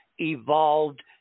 evolved